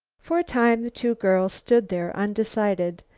for a time the two girls stood there undecided.